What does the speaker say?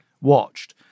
watched